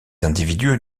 individus